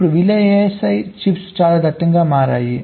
ఇప్పుడు VLSI chips చాలా దట్టంగా మారాయి